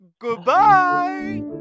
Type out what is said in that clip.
Goodbye